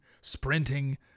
sprinting